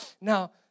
Now